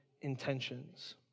intentions